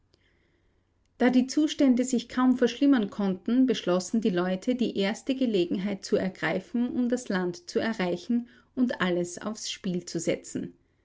da die zustände sich kaum verschlimmern konnten beschlossen die leute die erste gelegenheit zu ergreifen um das land zu erreichen und alles aufs spiel zu setzen